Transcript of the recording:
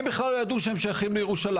הם בכלל לא ידעו שהם שייכים לירושלים,